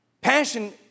Passion